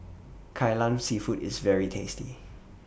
Kai Lan Seafood IS very tasty